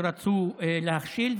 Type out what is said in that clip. שרצו להכשיל,